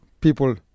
people